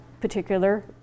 particular